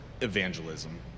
evangelism